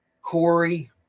Corey